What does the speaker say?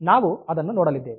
ನಾವು ಅದನ್ನು ನೋಡಲಿದ್ದೇವೆ